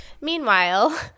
meanwhile